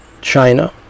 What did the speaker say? China